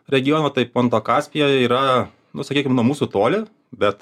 regiono taip ponto kaspija yra nu sakykim nuo mūsų toli bet